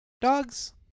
Dogs